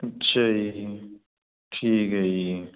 ਅੱਛਾ ਜੀ ਠੀਕ ਹ ਜੀ